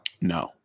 No